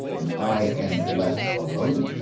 and i am left alone.